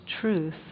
truth